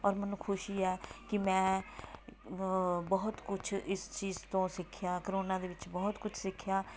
ਔਰ ਮੈਨੂੰ ਖੁਸ਼ੀ ਆ ਕਿ ਮੈਂ ਬਹੁਤ ਕੁਛ ਇਸ ਚੀਜ਼ ਤੋਂ ਸਿੱਖਿਆ ਕਰੋਨਾ ਦੇ ਵਿੱਚ ਬਹੁਤ ਕੁਝ ਸਿੱਖਿਆ